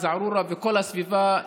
זערורה וכל הסביבה,